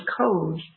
codes